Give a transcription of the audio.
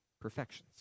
perfections